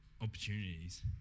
opportunities